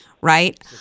right